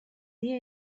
dia